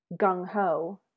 gung-ho